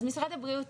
אז משרד הבריאות